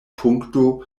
punkto